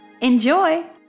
Enjoy